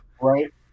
Right